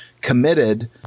committed